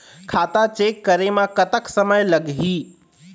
खाता चेक करे म कतक समय लगही?